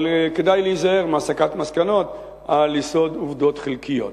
אבל כדאי להיזהר מהסקת מסקנות על יסוד עובדות חלקיות.